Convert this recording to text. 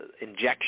Injection